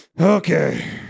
Okay